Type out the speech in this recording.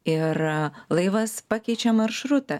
ir laivas pakeičiau maršrutą